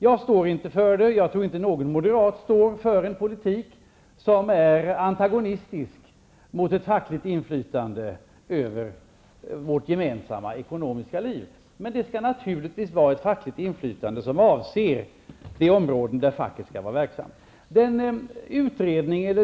Jag står inte för en sådan politik, och jag tror inte någon moderat står för en politik som är antagonistisk mot ett fackligt inflytande över vårt gemensamma ekonomiska liv. Men det skall naturligtvis vara ett fackligt inflytande som avser de områden där facket skall vara verksamt.